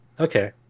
Okay